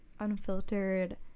unfiltered